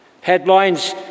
Headlines